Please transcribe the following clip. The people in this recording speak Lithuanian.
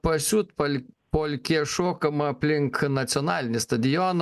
pasiutpol polkė šokama aplink nacionalinį stadioną